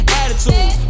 attitude